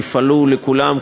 יפעלו לכולם,